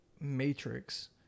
matrix